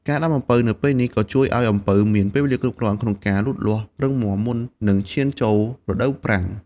ការដាំនៅពេលនេះក៏ជួយឱ្យអំពៅមានពេលវេលាគ្រប់គ្រាន់ក្នុងការលូតលាស់រឹងមាំ មុននឹងឈានចូលរដូវប្រាំង។